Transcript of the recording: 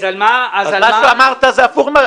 אז מה שאמרת זה הפוך.